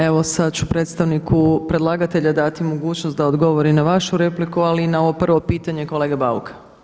Evo sada ću predstavniku predlagatelja dati mogućnost da odgovori na vašu repliku, ali i na ovo prvo pitanje kolege Bauka.